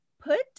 put